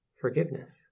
forgiveness